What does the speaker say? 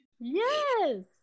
Yes